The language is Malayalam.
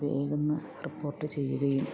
വേഗം ഇതൊന്ന് റിപ്പോട്ട് ചെയ്യുകയും